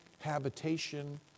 habitation